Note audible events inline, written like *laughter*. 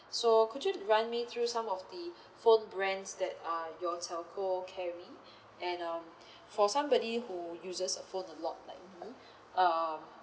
so could you run me through some of the *breath* phone brands that uh your telco carry *breath* and um *breath* for somebody who uses the phone a lot like me *breath* uh